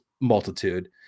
multitude